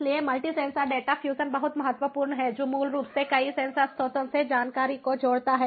इसलिए multi sensor data fusion बहुत महत्वपूर्ण है जो मूल रूप से कई सेंसर स्रोतों से जानकारी को जोड़ता है